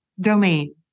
domain